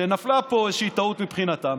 שנפלה פה איזושהי טעות מבחינתם,